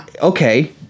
Okay